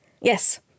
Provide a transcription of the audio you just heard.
Yes